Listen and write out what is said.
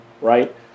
right